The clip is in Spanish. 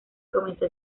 comenzó